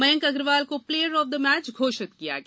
मयंक अग्रवाल को player of the match घोषित किया गया